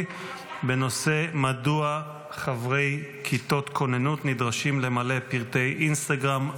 בנושא: מדוע חברי כיתות כוננות נדרשים למלא פרטי אינסטגרם,